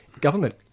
government